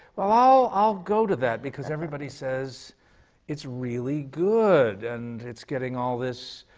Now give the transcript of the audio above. oh, i'll go to that, because everybody says it's really good, and it's getting all this